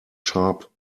sharp